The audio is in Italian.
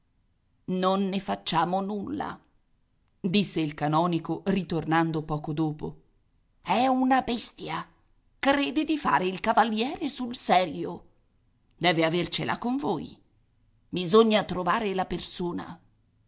non ne facciamo nulla disse il canonico ritornando poco dopo è una bestia crede di fare il cavaliere sul serio deve avercela con voi bisogna trovare la persona